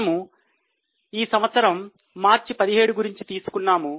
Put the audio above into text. మనము ఈ సంవత్సరం మార్చి 17 గురించి తెలుసుకున్నాము